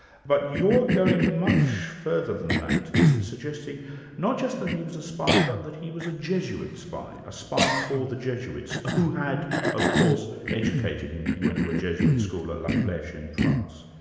but you're going much further than that, in suggesting not just that he was a spy, but that he was a jesuit spy, a spy for the jesuits, who had of course, educated him. he went to a jesuit school at la fleche, in france.